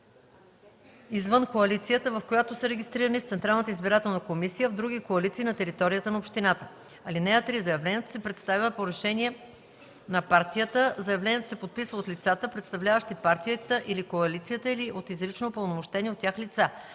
извън коалицията, в която са регистрирани в Централната избирателна комисия, в други коалиции на територията на общината. (3) Заявлението се представя по решение на партията. Заявлението се подписва от лицата, представляващи партията или коалицията, или от изрично упълномощени от тях лица.